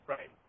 Right